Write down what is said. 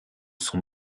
son